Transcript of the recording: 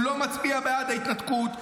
הוא לא מצביע בעד ההתנתקות.